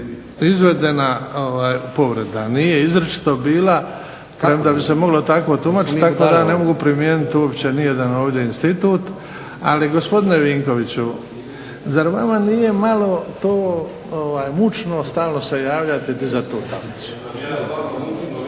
izvedena povreda, nije izričito bilo premda da bi se mogla tako tumačiti, tako da ne mogu ovdje primijeniti ni jedan institut ali gospodine Vinkoviću zar vama nije malo to mučno se javljati i dizati